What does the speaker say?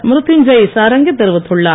மிருத்யுஞ்ஜய் சாரங்கி தெரிவித்துள்ளார்